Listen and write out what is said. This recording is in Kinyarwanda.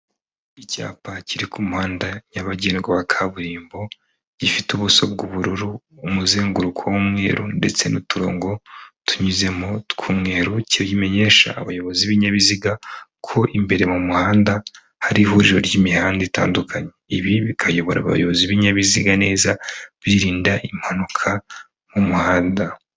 Icyapa kiri ku muhanda nyabagendwa kaburimbo gifite ubuso bw'ubururu, umuzenguruko w'umweru ndetse n'uturongo tunyuzemo tw'umweru, kimenyesha abayobozi b'ibinyabiziga ko imbere mu muhanda hari ihuriro ry'imihanda itandukanye, ibi bikayobora abayobozi b'ibinyabiziga neza birinda impanuka mu muhanda.